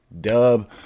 dub